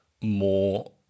more